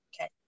Okay